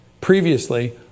previously